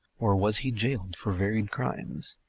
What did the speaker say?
or was he jailed for varied crimes?